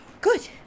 Good